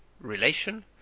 relation